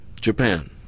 Japan